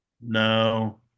No